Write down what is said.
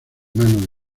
mano